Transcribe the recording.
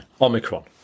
Omicron